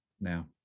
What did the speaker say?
now